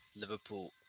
Liverpool